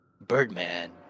Birdman